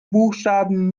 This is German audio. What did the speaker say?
buchstaben